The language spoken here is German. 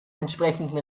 entsprechenden